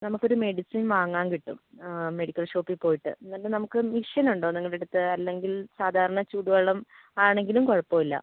നമുക്ക് ഒരു മെഡിസിൻ വാങ്ങാൻ കിട്ടും മെഡിക്കൽ ഷോപ്പിൽ പോയിട്ട് എന്തായാലും നമുക്ക് ഒരു മെഷീൻ ഉണ്ടോ നിങ്ങളുടെ അടുത്ത് അല്ലെങ്കിൽ സാധാരണ ചൂട് വെള്ളം ആണെങ്കിലും കുഴപ്പം ഇല്ല